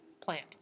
plant